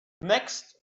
next